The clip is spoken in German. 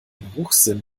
geruchssinn